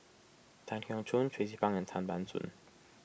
Tan Keong Choon Tracie Pang and Tan Ban Soon